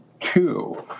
Two